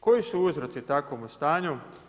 Koji su uzroci takvomu stanu?